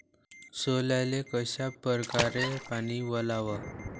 सोल्याले कशा परकारे पानी वलाव?